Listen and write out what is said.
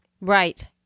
Right